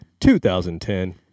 2010